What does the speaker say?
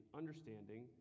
understanding